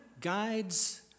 guides